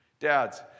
Dads